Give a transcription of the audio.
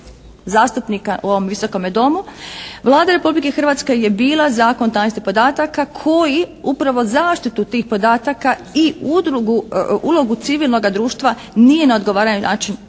Vlada Republike Hrvatske je bila Zakon o tajnosti podataka koji upravo zaštitu tih podataka i udrugu, ulogu civilnoga društva nije na odgovarajući način